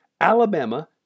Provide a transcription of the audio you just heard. Alabama